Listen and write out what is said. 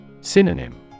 Synonym